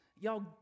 Y'all